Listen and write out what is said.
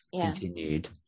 continued